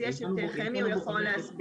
אז יש את חמי, הוא יכול להסביר.